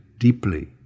deeply